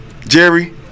Jerry